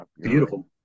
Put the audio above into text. Beautiful